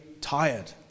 tired